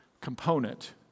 component